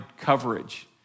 coverage